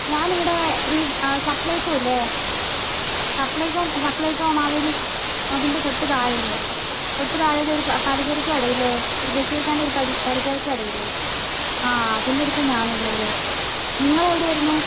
ഞാനിവിടെ ഈ സപ്ലൈകോ ഇല്ലേ സപ്ലൈകോ സപ്ലൈകോ മാവേലി അതിൻ്റെ തൊട്ട് താഴെയുണ്ട് തൊട്ടു താഴേയൊരു പലചരക്ക് കടയില്ലേ ഒരു ബഷീർ ഇക്കാൻ്റെ ഒരു പലചരക്ക് കടയില്ലേ ആ അതിൻ്റെ അടുത്താണ് ഞാനുള്ളത് നിങ്ങൾ എവിടെയായിരുന്നു